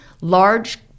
large